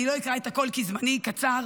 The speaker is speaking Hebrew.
לא אקרא את הכול, כי זמני קצר,